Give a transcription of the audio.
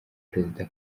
perezida